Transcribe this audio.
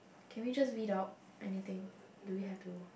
can we just read out anything do we have to